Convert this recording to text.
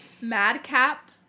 Madcap